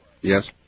Yes